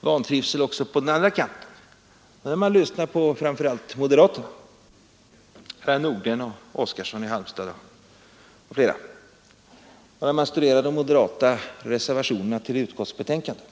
vantrivsel på den andra kanten. Den har här tolkats av framför allt moderaterna herrar Nordgren och Oskarson i Halmstad, och den kommer också till synes vid studium av de moderata reservationerna till utskottets betänkande.